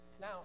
Now